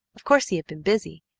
of course he had been busy,